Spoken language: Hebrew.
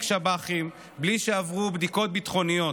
שב"חים בלי שעברו בדיקות ביטחוניות,